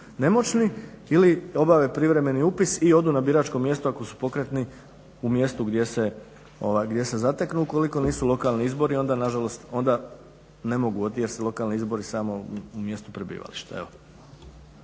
nemoćni ili obave privremeni upis i odu na biračko mjesto ako su pokretni u mjestu gdje se zateknu. Ukoliko nisu lokalni izbori onda nažalost onda ne mogu gdje su lokalni izbori samo u mjestu prebivališta.